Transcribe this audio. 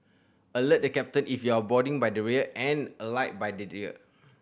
alert the captain if you're boarding by the rear and alight by the rear